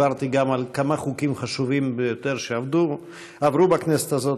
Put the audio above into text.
דיברתי גם על כמה חוקים חשובים ביותר שעברו בכנסת הזאת.